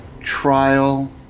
trial